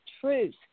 truth